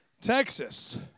Texas